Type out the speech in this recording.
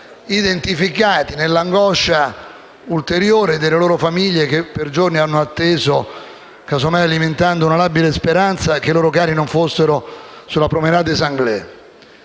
identificati, nell'angoscia ulteriore delle loro famiglie che per giorni hanno atteso, alimentando la labile speranza che i loro cari non fossero sulla Promenade des